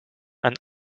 and